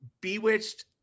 Bewitched